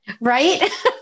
Right